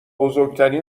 بزرگترین